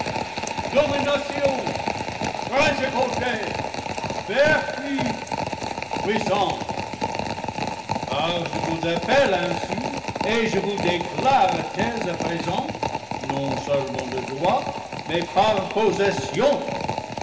dominations principautés vertus puissances car je vous appelle ainsi et je vous déclare tels à présent non seulement de droit mais par